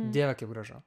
dieve kaip gražu